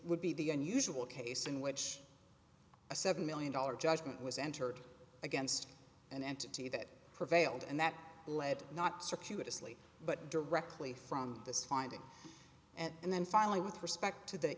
would be the unusual case in which a seven million dollars judgment was entered against an entity that prevailed and that led not circuitous lee but directly from this finding and then finally with respect to the